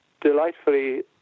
delightfully